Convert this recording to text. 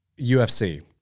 UFC